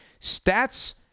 stats